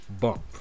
bump